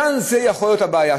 זו יכולה להיות הבעיה.